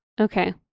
Okay